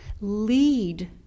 lead